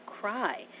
cry